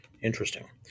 Interesting